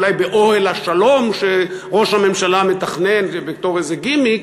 אולי באוהל השלום שראש הממשלה מתכנן בתור איזה גימיק,